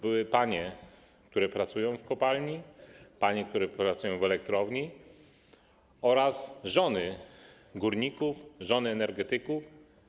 Były panie, które pracują w kopalni, panie, które pracują w elektrowni, oraz żony górników, żony energetyków.